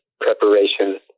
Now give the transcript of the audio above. preparation